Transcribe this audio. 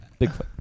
Bigfoot